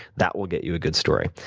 that will get you a good story.